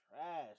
trash